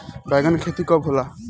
बैंगन के खेती कब होला?